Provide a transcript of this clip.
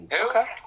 Okay